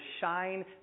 shine